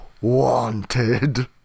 wanted